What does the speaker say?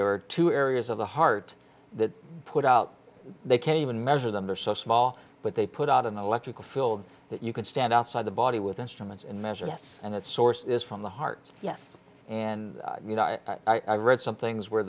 there are two areas of the heart that put out they can't even measure them are so small but they put out an electrical field that you can stand outside the body with instruments and measure yes and the source is from the heart yes and you know i read some things where